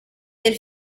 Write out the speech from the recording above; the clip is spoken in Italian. del